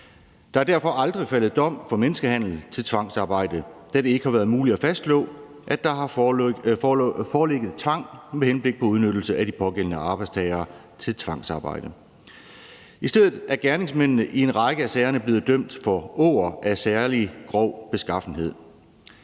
Der er derfor aldrig faldet dom for menneskehandel til tvangsarbejde, da det ikke har været muligt at fastslå, at der har foreligget tvang med henblik på udnyttelse af de pågældende arbejdstagere til tvangsarbejde. I stedet er gerningsmændene i en række af sagerne blevet dømt for åger af særlig grov beskaffenhed.